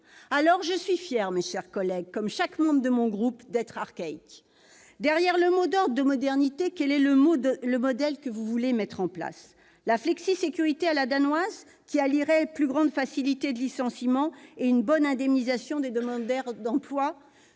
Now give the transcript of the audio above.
Alors, je suis fière, mes chers collègues, comme chacun des membres de mon groupe, d'être archaïque ! Tout à fait ! Derrière le mot d'ordre « modernité », quel est le modèle que vous souhaitez mettre en place ? Est-ce celui de la « flexisécurité » à la danoise, qui allierait une plus grande facilité de licenciement et une bonne indemnisation des demandeurs d'emploi ?